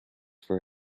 for